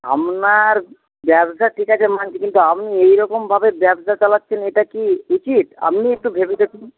আপনার ব্যবসা ঠিক আছে মানছি কিন্তু আপনি এইরকমভাবে ব্যবসা চালাচ্ছেন এটা কি উচিত আপনিই একটু ভেবে দেখুন